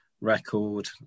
record